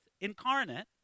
incarnate